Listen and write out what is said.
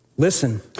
Listen